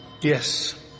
Yes